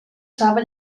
saba